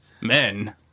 Men